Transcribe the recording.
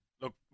Look